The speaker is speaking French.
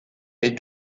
est